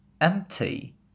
empty